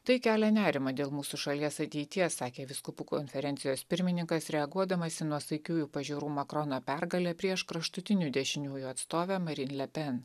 tai kelia nerimą dėl mūsų šalies ateities sakė vyskupų konferencijos pirmininkas reaguodamas į nuosaikiųjų pažiūrų makrono pergalę prieš kraštutinių dešiniųjų atstovę marin lepen